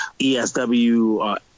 ESW